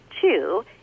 two